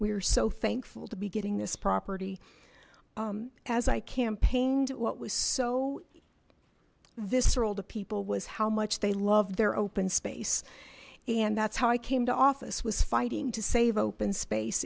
are so thankful to be getting this property as i campaigned what was so visceral to people was how much they loved their open space and that's how i came to office was fighting to save open space